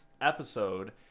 episode